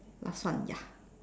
last one ya